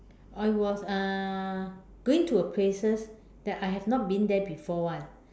I was uh going to a places that I have not been there before [one]